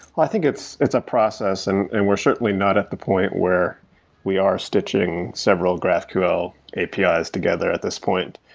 i think it's it's a process and and we certainly not at the point where we are stitching several graphql api's together at this point.